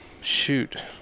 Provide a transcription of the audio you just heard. shoot